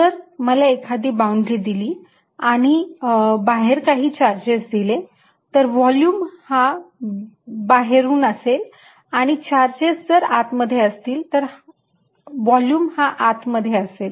जर मला एखादी बाउंड्री दिली आणि बाहेर काही चार्जेस दिले तर व्हॉल्युम हा बाहेरून असेल आणि चार्जेस जर आत मध्ये असतील तर व्हॉल्युम हा आत मध्ये असेल